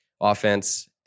offense